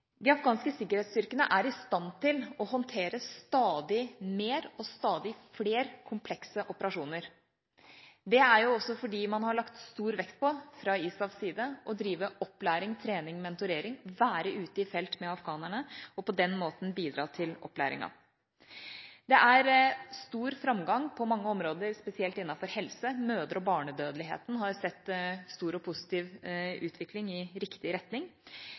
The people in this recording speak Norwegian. De afghanske sikkerhetsstyrkene er i stand til å håndtere stadig mer og stadig flere komplekse operasjoner. Det er også fordi man fra ISAFs side har lagt stor vekt på å drive opplæring, trening og mentorering – være ute i felt med afghanerne – og på den måten bidra til opplæringen. Det er stor framgang på mange områder, spesielt innenfor helse. Mødre- og barnedødeligheten har sett stor og positiv utvikling i riktig retning.